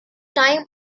time